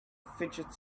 fidget